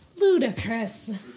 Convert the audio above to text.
Ludicrous